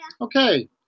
Okay